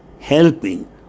helping